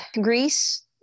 Greece